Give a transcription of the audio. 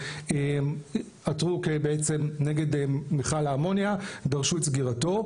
שעתרו בעצם נגד מיכל האמונייה ודרשו את סגירתו,